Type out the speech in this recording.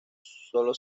solo